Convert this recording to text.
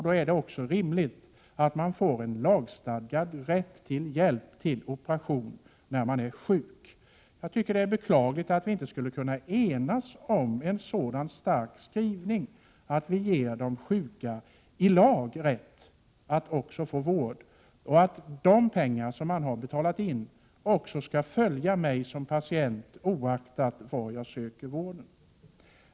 Då är det också rimligt att man får en lagstadgad rätt till hjälp, till operation, när man är sjuk. Jag tycker att det är beklagligt att vi inte kan enas om en sådan stark skrivning, att vi i lag ger de sjuka rätt att få vård. De pengar som den sjuke betalat in skall också följa honom som patient, oavsett var han söker vården.